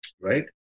right